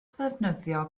ddefnyddio